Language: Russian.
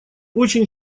очень